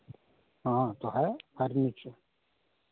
हाँ तो है फर्नीचर